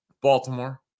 Baltimore